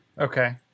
okay